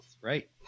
Right